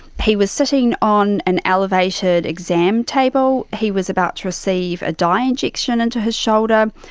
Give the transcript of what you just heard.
he was sitting on an elevated exam table. he was about to receive a dye injection into his shoulder.